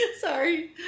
Sorry